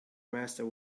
master